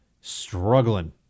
struggling